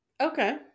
Okay